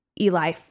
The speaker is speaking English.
Eli